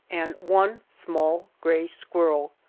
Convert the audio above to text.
and one small gray squirrel!